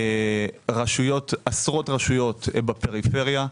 עשרות רשויות בפריפריה,